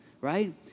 Right